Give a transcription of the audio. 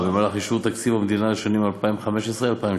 במהלך אישור תקציב המדינה לשנים 2015 2016,